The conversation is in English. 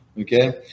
Okay